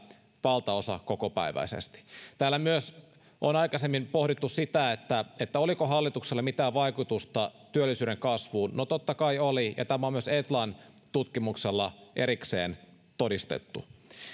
valtaosa kokopäiväisesti täällä on myös aikaisemmin pohdittu sitä oliko hallituksella mitään vaikutusta työllisyyden kasvuun no totta kai oli ja tämä on myös etlan tutkimuksella erikseen todistettu